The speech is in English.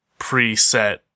preset